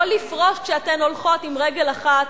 לא לפרוש כשאתן הולכות עם רגל אחת,